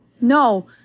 No